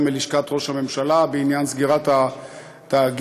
מלשכת ראש הממשלה בעניין סגירת התאגיד,